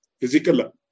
Physical